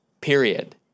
period